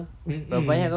mm mm